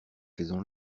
faisons